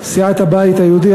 סיעת הבית היהודי,